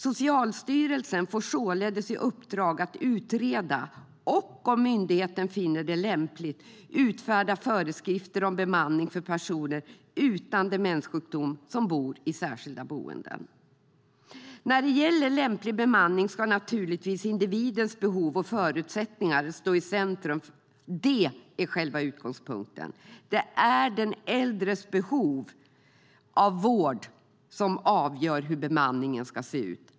Socialstyrelsen får således i uppdrag att utreda och, om myndigheten finner det lämpligt, utfärda föreskrifter om bemanning för personer utan demenssjukdom som bor i särskilda boenden. När det gäller lämplig bemanning ska naturligtvis individens behov och förutsättningar stå i centrum. Det är själva utgångspunkten. Det är den äldres behov av vård som avgör hur bemanningen ska se ut.